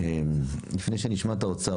לפני שנשמע את האוצר,